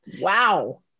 Wow